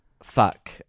Fuck